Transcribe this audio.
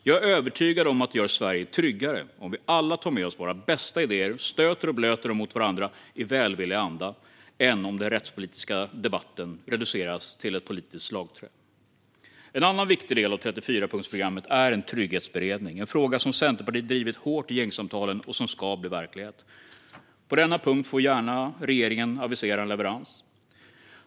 Jag är övertygad om att det gör Sverige tryggare om vi alla tar med oss våra bästa idéer och stöter och blöter dem mot varandra i välvillig anda än om den rättspolitiska debatten reduceras till ett politiskt slagträ. En annan viktig del av 34-punktsprogrammet är en trygghetsberedning, en fråga som Centerpartiet drivit hårt i gängsamtalen och som ska bli verklighet. På denna punkt får regeringen gärna avisera en leverans.